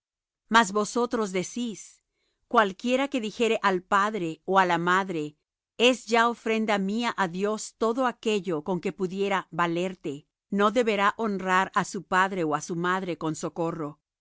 mas vosotros decís cualquiera que dijere al padre ó á la madre es ya ofrenda mía á dios todo aquello con que pudiera valerte no deberá honrar á su padre ó á su madre con socorro